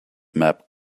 map